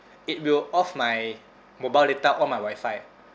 it will off my mobile data on my wifi